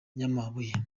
nyamabuye